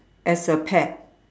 as a pet